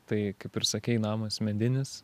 tai kaip ir sakei namas medinis